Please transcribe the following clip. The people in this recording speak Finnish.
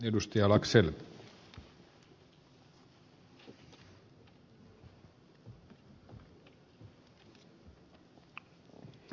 arvoisa herra puhemies